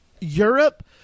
Europe